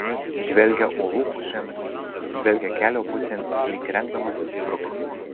žvelgia uolų pusėn žvelgia kelio pusėn lyg rengdamasis sprukti